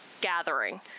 gathering